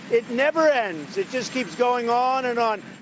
it never ends. it just keeps going on and on.